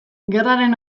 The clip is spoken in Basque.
gerraren